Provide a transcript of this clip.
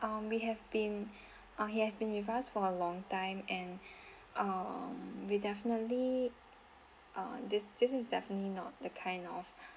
um we have been uh he has been with us for a long time and um we definitely uh this this is definitely not the kind of